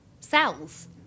Cells